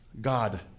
God